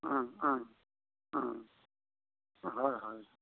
অ অ অ হয় হয়